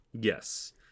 Yes